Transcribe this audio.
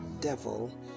devil